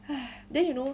and then you know